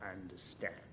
understand